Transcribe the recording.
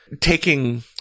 taking